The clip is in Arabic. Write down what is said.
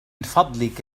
فضلك